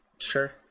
sure